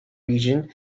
region